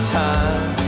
time